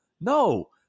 No